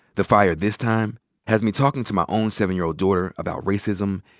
the fire this time has me talking to my own seven-year-old daughter about racism,